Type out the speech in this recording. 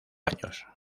años